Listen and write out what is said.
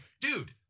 dude